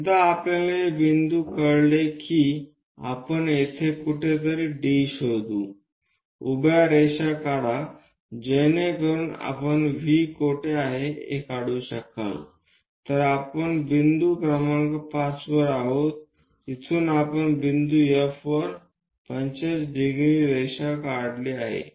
एकदा आपल्याला हे बिंदू कळले की आपण येथे कुठेतरी D शोधू उभ्या रेखा काढा जेणेकरून आपण व्ही कोठे आहे हे काढू शकाल तर आपण बिंदू क्रमांक 5 वर आहोत जिथून आपण बिंदू F वर 45 ° रेषा काढली आहे